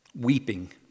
weeping